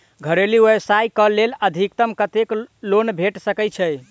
घरेलू व्यवसाय कऽ लेल अधिकतम कत्तेक लोन भेट सकय छई?